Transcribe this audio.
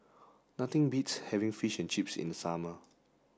nothing beats having fish and chips in the summer